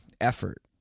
effort